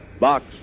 Box